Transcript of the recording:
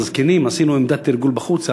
לזקנים עשינו עמדת תרגול בחוץ.